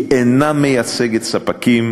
היא אינה מייצגת ספקים,